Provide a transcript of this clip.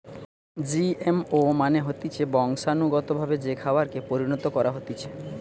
GMO মানে হতিছে বংশানুগতভাবে যে খাবারকে পরিণত করা হতিছে